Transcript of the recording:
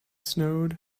snowed